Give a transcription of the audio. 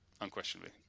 Unquestionably